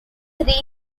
was